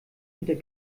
unter